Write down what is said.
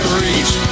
reach